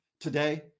today